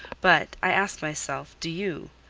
but, i ask myself, do you?